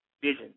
vision